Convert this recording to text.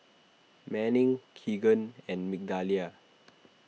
Manning Kegan and Migdalia